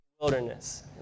wilderness